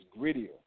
grittier